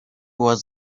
was